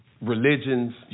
religions